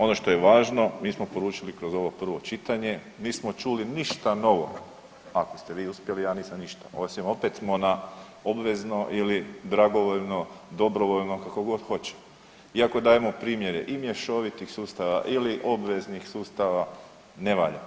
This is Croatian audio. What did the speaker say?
Ono što je važno, mi smo poručili kroz ovo prvo čitanje nismo čuli ništa novo, ako ste vi uspjeli ja nisam ništa, osim opet smo na obvezno ili dragovoljno, dobrovoljno kako god hoćete, iako dajemo primjere i mješovitih sustava ili obveznih sustava, ne valja.